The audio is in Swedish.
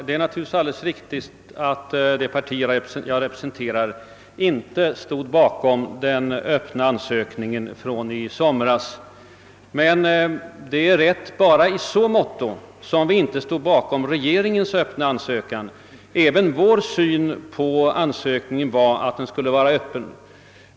Herr talman! Det är alldeles riktigt att det parti jag representerar inte stod bakom den öppna ansökningen från i somras. Men detta är riktigt bara så till vida som vi inte stödde regeringens ansökan. Även vi ansåg nämligen att ansökningen så till vida skulle vara »öppen», som.